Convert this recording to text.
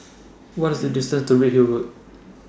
What IS The distance to Redhill Road